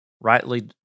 rightly